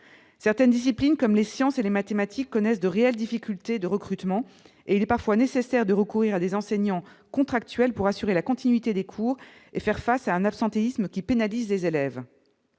certaines disciplines comme les sciences et les mathématiques connaissent de réelles difficultés de recrutement, et il est parfois nécessaire de recourir à des enseignants contractuels pour assurer la continuité des cours et faire face à un absentéisme qui pénalise les élèves